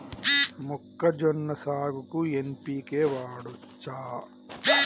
మొక్కజొన్న సాగుకు ఎన్.పి.కే వాడచ్చా?